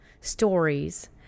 stories